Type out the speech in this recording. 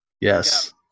Yes